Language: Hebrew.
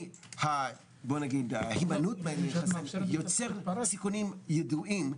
וההימנעות יוצרת סיכונים ידועים,